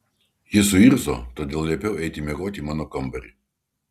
jis suirzo todėl liepiau eiti miegoti į mano kambarį